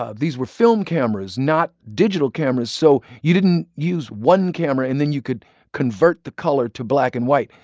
ah these were film cameras, not digital cameras. so you didn't use one camera and then you could convert the color to black and white.